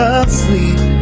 asleep